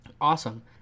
awesome